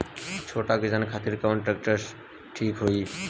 छोट किसान खातिर कवन ट्रेक्टर ठीक होई?